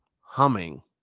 humming